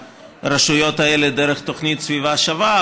ברשויות האלה דרך התוכנית סביבה שווה,